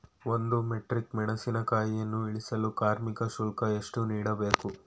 ಒಂದು ಮೆಟ್ರಿಕ್ ಮೆಣಸಿನಕಾಯಿಯನ್ನು ಇಳಿಸಲು ಕಾರ್ಮಿಕ ಶುಲ್ಕ ಎಷ್ಟು ನೀಡಬೇಕು?